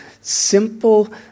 simple